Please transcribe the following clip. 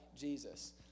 Jesus